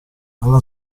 alla